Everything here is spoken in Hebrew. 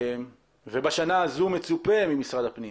בשנה הזו מצופה ממשרד הפנים